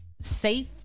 safe